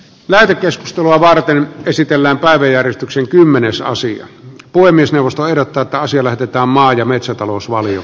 lähetekeskustelua varten pysytellä valve järistyksen kymmenesosia puhemiesneuvosto ehdottaa että asia lähetetään maa ja metsätalousvalio